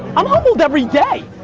i'm humbled every day.